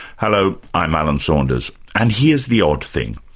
hello, i'm alan saunders. and here's the odd thing.